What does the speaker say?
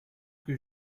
que